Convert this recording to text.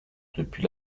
depuis